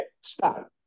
stop